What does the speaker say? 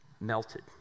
Melted